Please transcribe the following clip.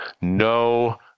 no